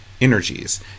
energies